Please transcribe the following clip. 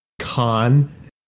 con